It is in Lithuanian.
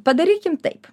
padarykim taip